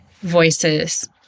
voices